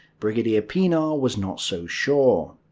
brigadier pienaar was not so sure.